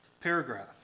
paragraph